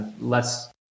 less